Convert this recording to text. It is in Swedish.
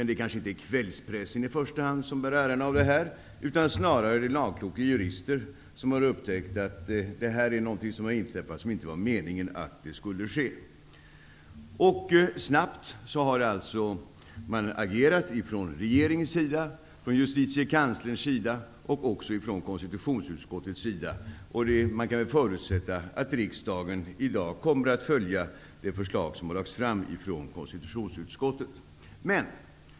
Det kanske inte är kvällspressen i första hand som bär äran av det här utan snarare lagkloka jurister som upptäckte att någonting inträffade som inte var meningen. Man har alltså agerat snabbt från regeringen, justitiekanslern och konstitutionsutskottet. Man kan förutsätta att riksdagen i dag kommer att följa det förslag som har lagts fram ifrån konstitutionsutskottet.